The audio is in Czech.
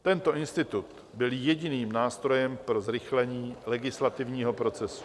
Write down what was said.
Tento institut byl jediným nástrojem pro zrychlení legislativního procesu.